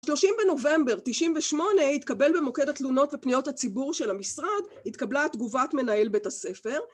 30 בנובמבר 98 התקבל במוקד התלונות ופניות הציבור של המשרד, התקבלה תגובת מנהל בית הספר